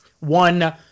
one